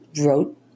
wrote